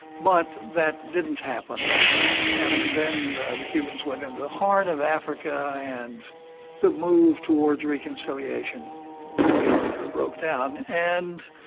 but that didn't happen and then the the cubans went into and the horn of africa and the move towards reconciliation really broke down, and